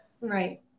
Right